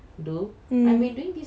mm what's that